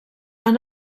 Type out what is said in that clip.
han